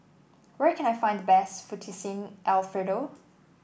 where can I find the best Fettuccine Alfredo